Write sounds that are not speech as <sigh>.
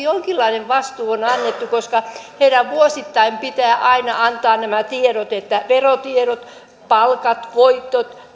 <unintelligible> jonkinlainen vastuu on annettu koska heidän vuosittain pitää aina antaa nämä tiedot verotiedot palkat voitot